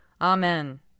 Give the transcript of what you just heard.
Amen